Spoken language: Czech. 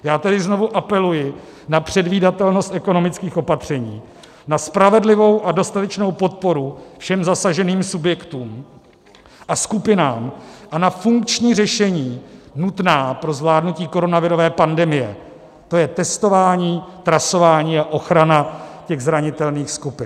Já tedy znovu apeluji na předvídatelnost ekonomických opatření, na spravedlivou a dostatečnou podporu všem zasaženým subjektům a skupinám a na funkční řešení nutná pro zvládnutí koronavirové pandemie, to je testování, trasování a ochrana těch zranitelných skupin.